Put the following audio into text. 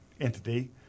entity